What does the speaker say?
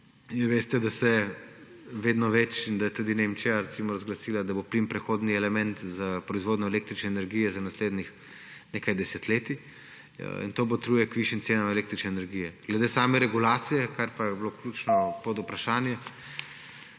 vi veste, da se vedno več in da je tudi Nemčija recimo razglasila, da bo plin prehodni element za proizvodnjo električne energije za naslednjih nekaj desetletij. In to botruje k višjim cenam električne energije. Glede same regulacije, kar pa je bilo ključno podvprašanje.